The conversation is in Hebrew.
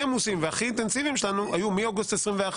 עמוסים והכי אינטנסיביים שלנו היו מאוגוסט 21',